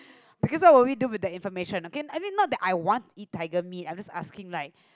because all what we do with the information okay i mean not that I want eat tiger meat I just asking like